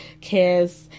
kiss